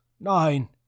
Nine